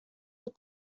will